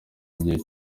igihe